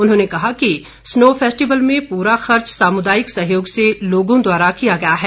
उन्होंने कहा कि स्नो फेस्टिवल में पूरा खर्च सामुदायिक सहयोग से लोगों द्वारा किया गया है